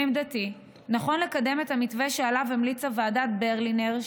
לעמדתי נכון לקדם את המתווה שעליו המליצה ועדת ברלינר,